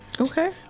okay